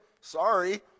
Sorry